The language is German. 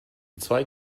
zwei